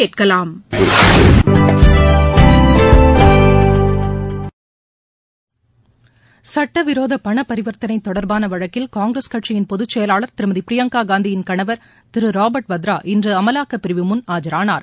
சுட்டவிரோத பண பரிவர்த்தனை தொடர்பான வழக்கில் காங்கிரஸ் கட்சியின் பொதுச்செயலாளர் திருமதி பிரியங்கா காந்தியின் கனவர் திரு ராபாட் வாத்ரா இன்று அமலாக்கப்பிரிவு முன் இன்று ஆஜரானார்